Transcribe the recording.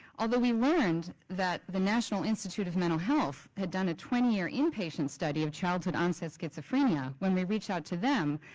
although we learned that the national institute of mental health had done a twenty year inpatient study of childhood onset schizophrenia. when we reached out to them,